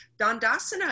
Dandasana